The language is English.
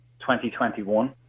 2021